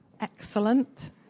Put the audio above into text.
Excellent